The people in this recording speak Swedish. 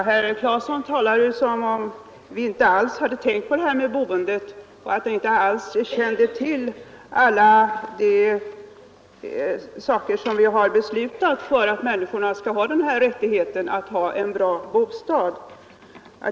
Herr talman! Herr Claeson talar ju som om vi inte alls hade tänkt på boendet och inte alls kände till alla de saker som har beslutats för att ge människorna rättighet till en bra bostad.